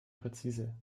präzise